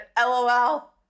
LOL